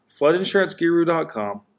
floodinsuranceguru.com